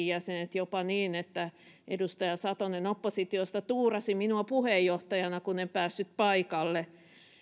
jäsenet jopa niin että edustaja satonen oppositiosta tuurasi minua puheenjohtajana kun en päässyt paikalle